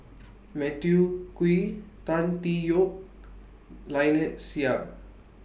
Matthew Ngui Tan Tee Yoke Lynnette Seah